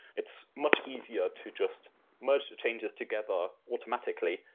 it's much easier to just merge the changes together automatically.